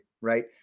right